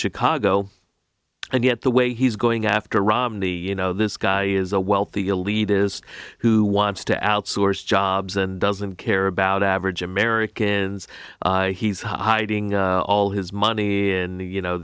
chicago and yet the way he's going after romney you know this guy is a wealthy elite is who wants to outsource jobs and doesn't care about average americans he's hiding all his money in the you know